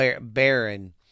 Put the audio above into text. baron